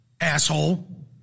asshole